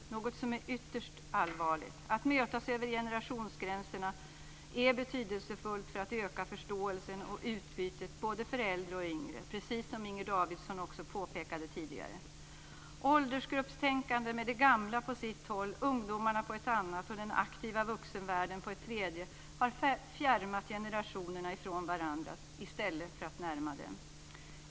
Det är ytterst allvarligt. Att mötas över generationsgränserna är betydelsefullt för att öka förståelsen och utbytet både för äldre och yngre - precis som Inger Davidson också påpekade tidigare. Åldersgruppstänkande med de gamla på sitt håll, ungdomarna på ett annat och den aktiva vuxenvärlden på ett tredje har fjärmat generationerna från varandra i stället för att föra dem närmare.